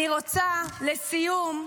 אני רוצה, לסיום,